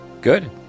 Good